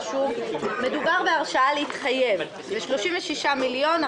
מדובר בהרשאה להתחייב על סך של 36 מיליון.